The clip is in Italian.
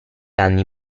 anni